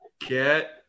Get